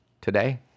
today